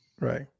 right